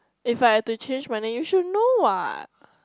if I had to change my name you should know what